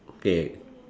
okay